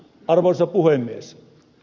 arvoisa puhemies